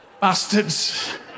Bastards